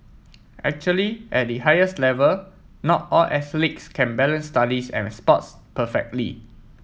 actually at the highest level not all athletes can balance studies and sports perfectly